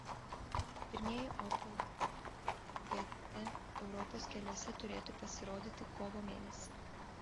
pirmieji opel gt europos keliuose turėtų pasirodyti kovo mėnesį